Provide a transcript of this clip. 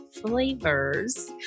flavors